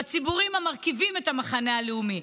בציבורים המרכיבים את המחנה הלאומי,